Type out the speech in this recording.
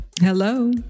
Hello